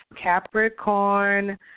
Capricorn